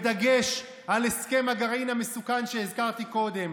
בדגש על הסכם הגרעין המסוכן, שהזכרתי קודם.